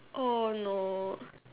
oh no